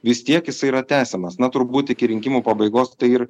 vis tiek jis yra tęsiamas na turbūt iki rinkimų pabaigos ir